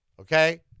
Okay